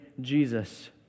Jesus